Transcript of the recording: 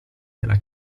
delle